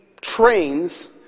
Trains